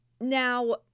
Now